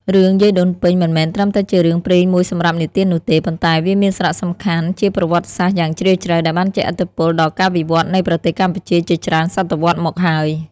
រឿង យាយដូនពេញ មិនមែនត្រឹមតែជារឿងព្រេងមួយសម្រាប់និទាននោះទេ ប៉ុន្តែវាមានសារៈសំខាន់ជាប្រវត្តិសាស្ត្រយ៉ាងជ្រាលជ្រៅ ដែលបានជះឥទ្ធិពលដល់ការវិវត្តន៍នៃប្រទេសកម្ពុជាជាច្រើនសតវត្សរ៍មកហើយ។